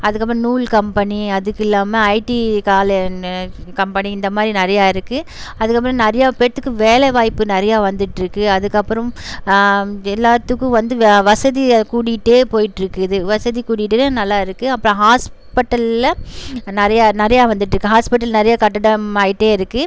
அதுக்கப்புறம் நூல் கம்பனி அதுக்கு இல்லாமல் ஐடி காலு நெ கம்பனி இந்தமாதிரி நிறையா இருக்குது அதுக்கப்புறம் நிறையா பேர்த்துக்கு வேலைவாய்ப்பு நிறையா வந்துகிட்ருக்கு அதுக்கப்புறம் எல்லாத்துக்கும் வந்து வ வசதி கூடிகிட்டே போயிகிட்ருக்குது வசதி கூடிகிட்டு நல்லா இருக்குது அப்புறம் ஹாஸ்பிட்டல்ல நிறையா நிறையா வந்துகிட்ருக்கு ஹாஸ்பிட்டல் நிறையா கட்டிடம் ஆகிட்டே இருக்குது